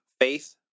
Faith